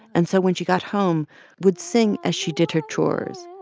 and so when she got home would sing as she did her chores,